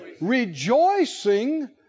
Rejoicing